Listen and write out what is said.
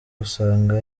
usanga